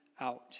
out